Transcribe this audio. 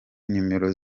nimero